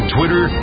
Twitter